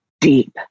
deep